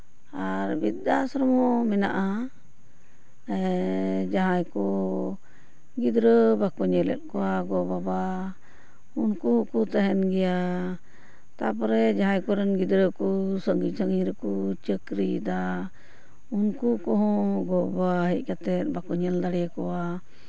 ᱟᱨ ᱵᱨᱤᱫᱽᱫᱷᱟ ᱟᱥᱨᱚᱢ ᱦᱚᱸ ᱢᱮᱱᱟᱜᱼᱟ ᱡᱟᱦᱟᱸᱭ ᱠᱚ ᱜᱤᱫᱽᱨᱟᱹ ᱵᱟᱠᱚ ᱧᱮᱞᱮᱫ ᱠᱚᱣᱟ ᱜᱚᱼᱵᱟᱵᱟ ᱩᱱᱠᱩ ᱠᱚ ᱛᱟᱦᱮᱱ ᱜᱮᱭᱟ ᱛᱟᱨᱯᱚᱨᱮ ᱡᱟᱦᱟᱸᱭ ᱠᱚᱨᱮᱱ ᱜᱤᱫᱽᱨᱟᱹ ᱠᱚ ᱥᱟᱺᱜᱤᱧ ᱥᱟᱺᱜᱤᱧ ᱨᱮᱠᱚ ᱪᱟᱹᱠᱨᱤᱭᱮᱫᱟ ᱩᱱᱠᱩ ᱠᱚᱦᱚᱸ ᱜᱚᱼᱵᱟᱵᱟ ᱦᱮᱡ ᱠᱟᱛᱮᱫ ᱵᱟᱠᱚ ᱧᱮᱞ ᱫᱟᱲᱮᱭᱟᱠᱚᱣᱟ